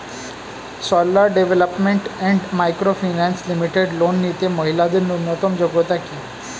Sarala development and micro finance limited loan নিতে মহিলাদের ন্যূনতম যোগ্যতা কী?